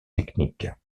technique